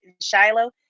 Shiloh